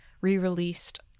re-released